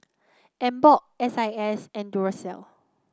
Emborg S I S and Duracell